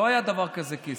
לא היה דבר כזה כסף.